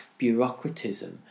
bureaucratism